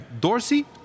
Dorsey